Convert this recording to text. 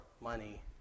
money